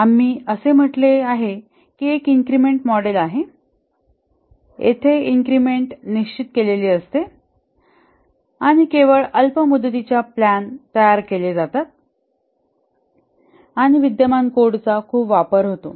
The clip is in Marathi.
आम्ही असे म्हटले आहे की एक इन्क्रिमेंट मॉडेल आहे येथे इन्क्रिमेंट निश्चित केलेली असते आणि केवळ अल्प मुदतीच्याप्लॅन तयार केल्या जातात आणि विद्यमान कोडचा खूप वापर होतो